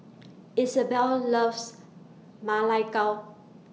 Isabelle loves Ma Lai Gao